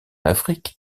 afrique